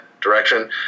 direction